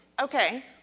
Okay